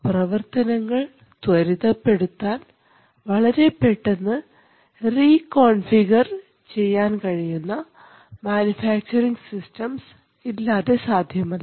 പ്രവർത്തനങ്ങൾ ത്വരിതപെടുത്താൻ വളരെ പെട്ടെന്ന് റീകോൺഫിഗർ ചെയ്യാൻ കഴിയുന്ന മാനുഫാക്ചറിംഗ് സിസ്റ്റം ഇല്ലാതെ സാധ്യമല്ല